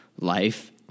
life